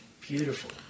beautiful